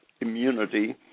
immunity